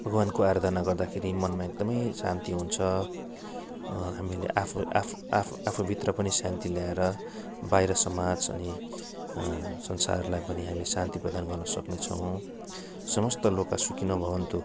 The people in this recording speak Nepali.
भगवान्को आरधना गर्दाखेरि मनमा एकदमै शान्ति हुन्छ हामीले आफू आफू आफू आफूभित्र पनि शान्ति ल्याएर बाहिर समाज अनि संसारलाई पनि हामी शान्ति प्रदान गर्न सक्नेछौँ समस्त लोक सुखी न भवन्तु